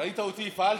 ראית שהפעלתי?